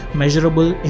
measurable